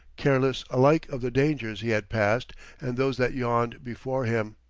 careless alike of the dangers he had passed and those that yawned before him,